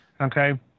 Okay